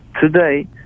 today